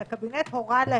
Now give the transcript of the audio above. כי הקבינט הורה להם